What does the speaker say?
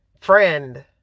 friend